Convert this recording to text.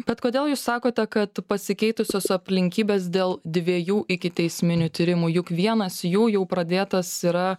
bet kodėl jūs sakote kad pasikeitusios aplinkybės dėl dviejų ikiteisminių tyrimų juk vienas jų jau pradėtas yra